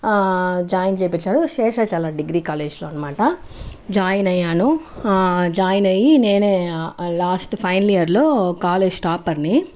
join చేయించారు Seshachalam degree కాలేజీలో అనమాట జాయిన్ అయ్యాను జాయిన్ అయి నేనే లాస్ట్ ఫైనల్ ఇయర్లో కాలేజీ టాపర్ని